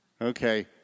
Okay